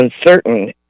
uncertain